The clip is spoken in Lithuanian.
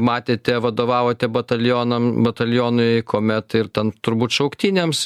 matėte vadovavote batalionam batalionui kuomet ir ten turbūt šauktiniams